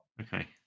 Okay